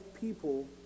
people